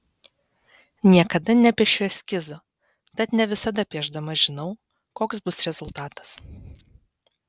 niekada nepiešiu eskizo tad ne visada piešdama žinau koks bus rezultatas